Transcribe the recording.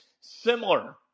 similar